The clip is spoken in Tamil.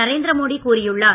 நரேந்திர மோடி கூறியுள்ளார்